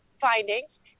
findings